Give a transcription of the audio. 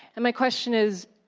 and my question is,